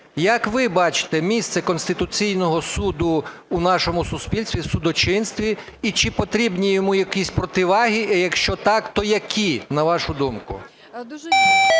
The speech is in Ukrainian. Як ви бачите місце Конституційного Суду у нашому суспільстві, судочинстві і чи потрібні йому якісь противаги? І якщо так, то які, на вашу думку?